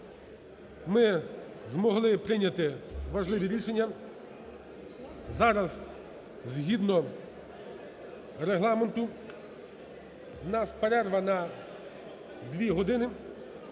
ми змогли прийняти важливі рішення. Зараз згідно Регламенту у нас перерва на дві години.